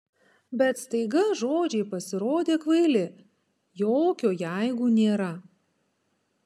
bet staiga žodžiai pasirodė kvaili jokio jeigu nėra